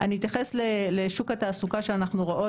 אני אתייחס לשוק התעסוקה שאנחנו רואות